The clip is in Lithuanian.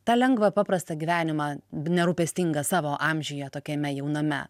tą lengvą paprastą gyvenimą nerūpestingą savo amžiuje tokiame jauname